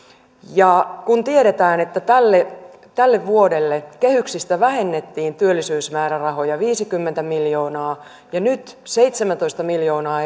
kun tiedetään että tälle tälle vuodelle kehyksistä vähennettiin työllisyysmäärärahoja viisikymmentä miljoonaa ja nyt seitsemäntoista miljoonaa